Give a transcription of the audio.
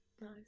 nice